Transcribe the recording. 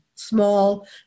small